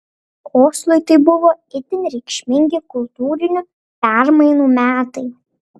oslui tai buvo itin reikšmingi kultūrinių permainų metai